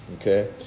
Okay